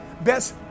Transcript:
Best